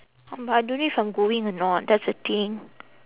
but I don't know if I'm going or not that's the thing